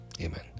Amen